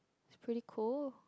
pretty cool